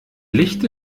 licht